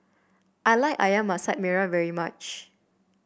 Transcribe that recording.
I like ayam Masak Merah very much